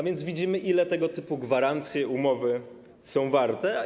Widzimy, ile tego typu gwarancje i umowy są warte.